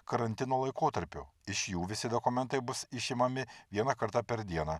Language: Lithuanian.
karantino laikotarpiu iš jų visi dokumentai bus išimami vieną kartą per dieną